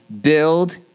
build